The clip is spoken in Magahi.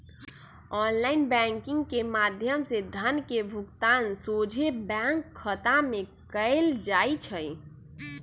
ऑनलाइन बैंकिंग के माध्यम से धन के भुगतान सोझे बैंक खता में कएल जाइ छइ